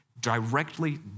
directly